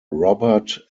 robert